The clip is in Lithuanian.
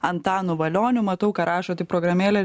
antanu valioniu matau ką rašot į programėlę